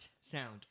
sound